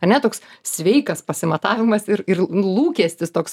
ane toks sveikas pasimatavimas ir ir lūkestis toks